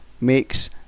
makes